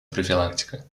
профилактика